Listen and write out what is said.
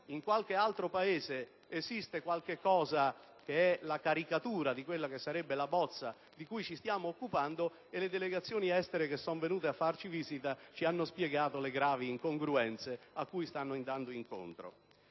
in qualche altro Paese esiste qualche cosa che è la caricatura di quella che sarebbe la bozza di cui ci stiamo occupando e le delegazioni estere, che ci hanno fatto visita, ci hanno spiegato le gravi incongruenze a cui stanno andando incontro.